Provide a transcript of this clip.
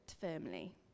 firmly